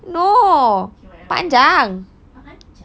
okay whatever